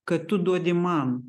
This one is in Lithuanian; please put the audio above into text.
kad tu duodi man